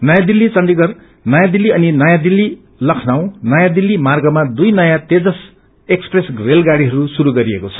नयाँ दिल्ली चण्डीगढ़ नयाँ दिल्ली अनि नयाँ दिल्ली लख्नाऊ नाँ दिल्ली मार्गमा दुई नयाँ तेजस एक्स्प्रेस रेलगाड़ीहरू शुरू गरिएको छ